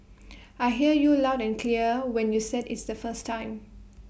I hear you loud and clear when you said it's the first time